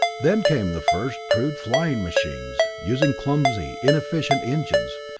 then came the first crude flying-machines, using clumsy, inefficient engines.